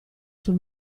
sul